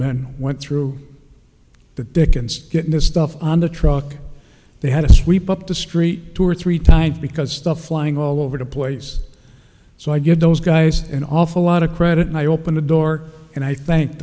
men went through the dickens getting the stuff on the truck they had to sweep up the street two or three times because stuff flying all over the place so i did those guys an awful lot of credit and i opened a door and i thank